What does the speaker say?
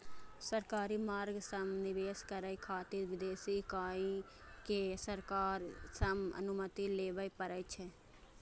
सरकारी मार्ग सं निवेश करै खातिर विदेशी इकाई कें सरकार सं अनुमति लेबय पड़ै छै